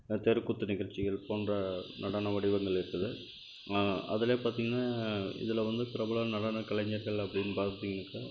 தெருக்கூத்து நிகழ்ச்சிகள் போன்ற நடன வடிவங்கள் இருக்குது அதில் பார்த்திங்கன்னா இதில் வந்து பிரபல நடனக் கலைஞர்கள் அப்படினு பார்த்திங்கனாக்க